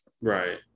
Right